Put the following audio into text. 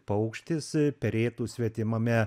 paukštis perėtų svetimame